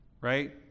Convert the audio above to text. Right